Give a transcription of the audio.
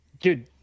dude